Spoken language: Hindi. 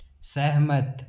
सहमत